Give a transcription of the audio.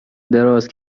دراز